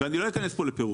ואני לא אכנס פה לפירוט.